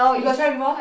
you got try before